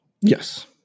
Yes